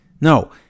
No